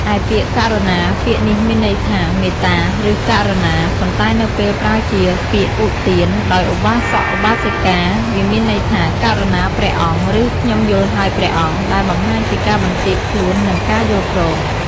ឯពាក្យករុណាពាក្យនេះមានន័យថា "មេត្តា" ឬ "ករុណា" ប៉ុន្តែនៅពេលប្រើជាពាក្យឧទានដោយឧបាសក ឧបាសិកា វាមានន័យថា "ករុណាព្រះអង្គ" ឬ "ខ្ញុំយល់ហើយព្រះអង្គ" ដែលបង្ហាញពីការបន្ទាបខ្លួន និងការយល់ព្រម។